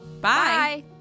Bye